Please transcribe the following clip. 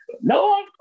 no